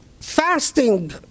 fasting